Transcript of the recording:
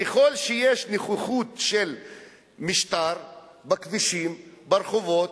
ככל שיש נוכחות של משטר בכבישים, ברחובות,